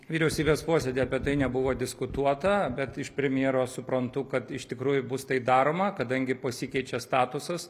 vyriausybės posėdyje apie tai nebuvo diskutuota bet iš premjero suprantu kad iš tikrųjų bus tai daroma kadangi pasikeičia statusas